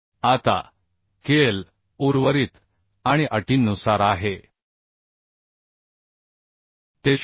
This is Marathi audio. आता Kl उर्वरित आणि अटींनुसार आहे ते 0